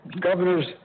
governors